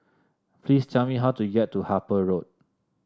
please tell me how to get to Harper Road